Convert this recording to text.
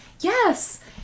Yes